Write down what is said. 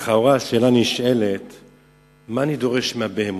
לכאורה נשאלת השאלה: מה אני דורש מהבהמות?